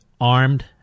armed